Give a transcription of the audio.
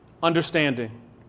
Understanding